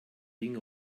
ding